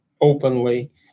openly